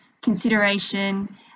consideration